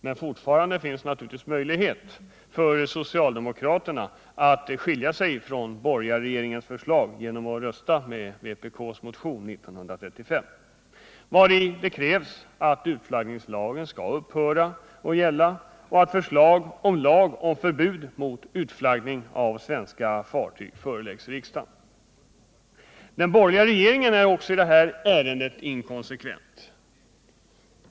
Men fortfarande finns det naturligtvis möjlighet för socialdemokraterna att skilja sig från borgarregeringens förslag genom att rösta med vpk:s motion 1935, vari krävs att utflaggningslagen skall upphöra att gälla och att förslag till lag om förbud mot utflaggning av svenska fartyg föreläggs riksdagen. Den borgerliga regeringen är också i detta ärende inkonsekvent.